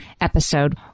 episode